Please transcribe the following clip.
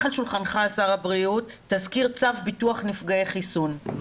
אורי פינשטיין ראש צוות חיסוני הקורונה ציון חגי